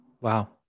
Wow